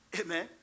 Amen